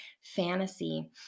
fantasy